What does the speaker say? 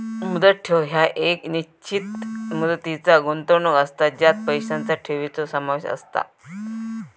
मुदत ठेव ह्या एक निश्चित मुदतीचा गुंतवणूक असता ज्यात पैशांचा ठेवीचो समावेश असता